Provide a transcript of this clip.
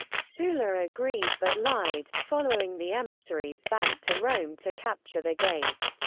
sulla agreed but lied, following the emissaries back to rome to capture the gate.